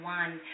one